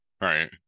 Right